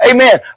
Amen